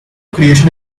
creation